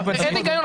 אין היגיון.